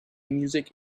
music